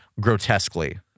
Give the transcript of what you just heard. Grotesquely